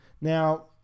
Now